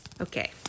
Okay